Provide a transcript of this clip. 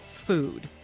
food.